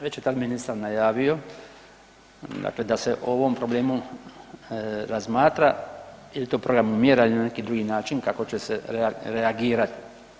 Već je tada ministar najavio dakle da se o ovom problemu razmatra jel' je to program mjera ili na neki drugi način kako će se reagirati.